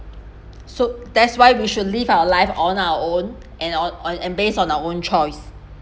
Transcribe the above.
so that's why we should live our life on our own and all or and based on our own choice